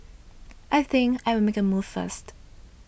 I think I will make a move first